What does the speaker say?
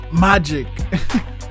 magic